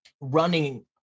running